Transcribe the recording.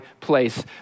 place